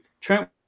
Trent